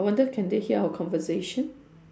I wonder can they hear our conversation